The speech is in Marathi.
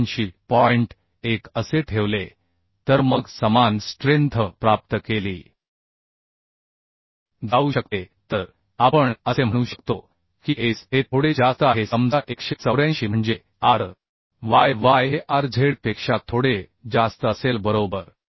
1 असे ठेवले तर मग समान स्ट्रेंथ प्राप्त केली जाऊ शकते तर आपण असे म्हणू शकतो की s हे थोडे जास्त आहे समजा 184 म्हणजे R y y हे R z पेक्षा थोडे जास्त असेल बरोबर